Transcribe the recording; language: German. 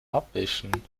abwischen